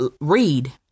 read